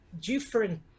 different